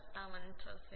57 થશે